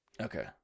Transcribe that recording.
Okay